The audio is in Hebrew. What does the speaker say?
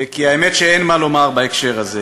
כי האמת היא שאין מה לומר בהקשר הזה.